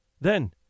Then